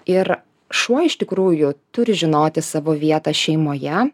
ir šuo iš tikrųjų turi žinoti savo vietą šeimoje